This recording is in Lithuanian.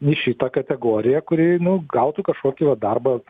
į šitą kategoriją kurioj nu gautų kažkokį vat darbą